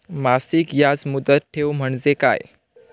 मासिक याज मुदत ठेव म्हणजे काय?